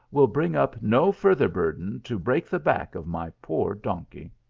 will bring up no further burthen to break the back of my poor donkey.